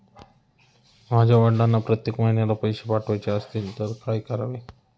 माझ्या वडिलांना प्रत्येक महिन्याला पैसे पाठवायचे असतील तर काय करावे?